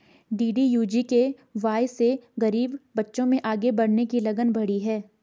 DDU GKY से गरीब बच्चों में आगे बढ़ने की लगन बढ़ी है